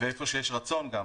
--- ואיפה שיש רצון גם.